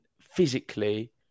physically